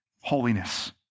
holiness